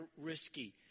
risky